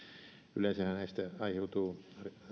yleensähän näistä aiheutuu